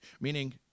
Meaning